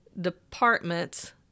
department